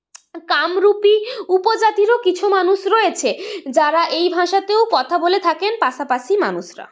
কামরূপী উপজাতিরও কিছু মানুষ রয়েছে যারা এই ভাষাতেও কথা বলে থাকেন পাশাপাশি মানুষরা